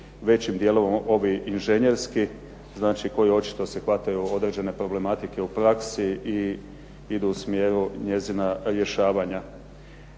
većim djelom ovi inženjerski koji očito se hvataju određene problematike u praksi i idu u smjeru njezina rješavanja.